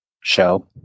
show